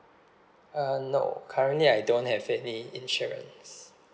uh no currently I don't have any insurance